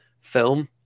film